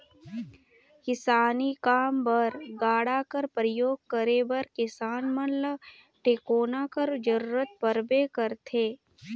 किसानी काम बर गाड़ा कर परियोग करे बर किसान मन ल टेकोना कर जरूरत परबे करथे